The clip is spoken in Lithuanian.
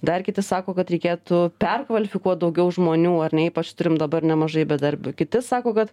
dar kiti sako kad reikėtų perkvalifikuot daugiau žmonių ar ne ypač turim dabar nemažai bedarbių kiti sako kad